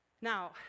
Now